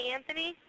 Anthony